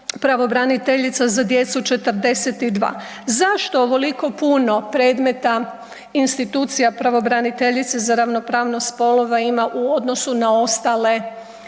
pravobraniteljica za djecu 42. Zašto ovoliko puno predmeta institucija pravobraniteljice za ravnopravnost spolova ima u odnosu na ostale